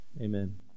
Amen